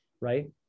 right